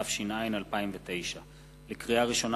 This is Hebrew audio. התש”ע 2009. לקריאה ראשונה,